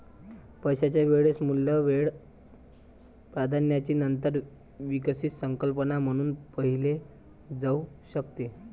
पैशाचे वेळेचे मूल्य वेळ प्राधान्याची नंतर विकसित संकल्पना म्हणून पाहिले जाऊ शकते